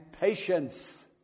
patience